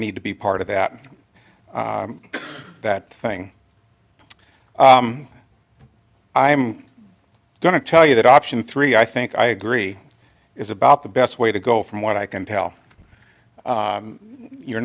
need to be part of that that thing i'm going to tell you that option three i think i agree is about the best way to go from what i can tell you're